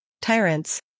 Tyrants